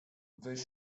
weź